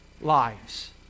lives